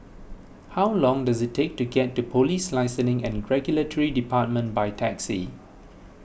how long does it take to get to Police and Regulatory Department by taxi